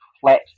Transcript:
flat